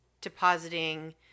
depositing